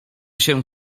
się